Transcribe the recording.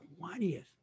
20th